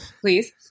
please